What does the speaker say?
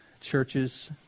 churches